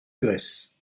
graisse